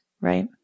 right